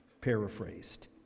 paraphrased